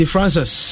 Francis